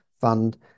fund